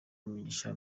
imigisha